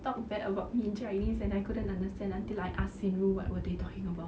talk bad about me in chinese and I couldn't understand until I ask xin ru what they were talking about